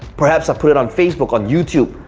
perhaps i put it on facebook, on youtube.